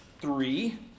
three